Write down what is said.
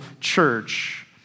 church